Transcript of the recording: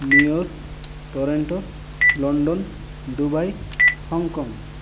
New York Toronto London Dubai Hong Kong